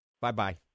Bye-bye